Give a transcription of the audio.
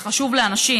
זה חשוב לאנשים,